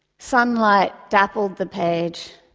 sunlight dappled the page,